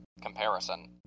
comparison